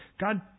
God